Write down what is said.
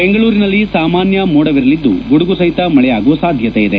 ಬೆಂಗಳೂರಿನಲ್ಲಿ ಸಾಮಾನ್ಯ ಮೋಡವಿರಲಿದ್ದು ಗುಡುಗು ಸಹಿತ ಮಳೆಯಾಗುವ ಸಾಧ್ಯತೆ ಇದೆ